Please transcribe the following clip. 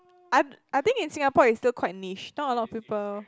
I I think in Singapore it's still quite niche not a lot of people